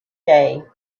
day